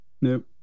Nope